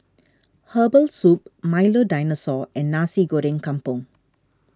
Herbal Soup Milo Dinosaur and Nasi Goreng Kampung